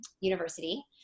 University